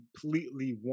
completely